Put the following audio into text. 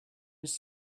his